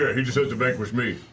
he just to vanquish me.